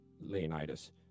Leonidas